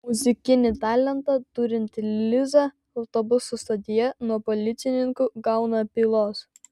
muzikinį talentą turinti liza autobusų stotyje nuo policininkų gauna pylos